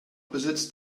besitzt